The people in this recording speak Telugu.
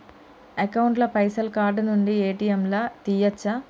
అకౌంట్ ల పైసల్ కార్డ్ నుండి ఏ.టి.ఎమ్ లా తియ్యచ్చా?